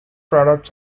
products